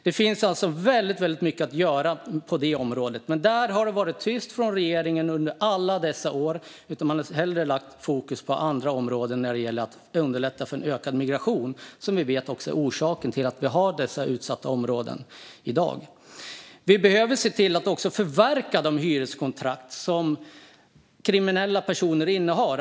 Det finns alltså väldigt mycket att göra på det området. Men där har det varit tyst från regeringen under alla dessa år. Man har hellre lagt fokus på andra områden, till exempel att underlätta för en ökad migration, vilket vi ju vet är orsaken till att vi har dessa utsatta områden i dag. Vi behöver kunna förverka de hyreskontrakt som kriminella personer innehar.